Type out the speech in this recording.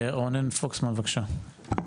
רונן פוקסמן בבקשה.